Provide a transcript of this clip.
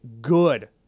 good